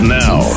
now